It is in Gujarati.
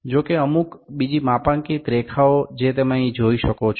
જો કે અમુક બીજી માપાંકિત રેખાઓ જે તમે અહીં જોઈ શકો છો